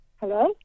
Hello